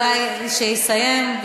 אולי שיסיים,